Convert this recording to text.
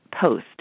post